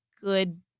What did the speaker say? good